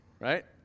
right